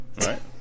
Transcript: Right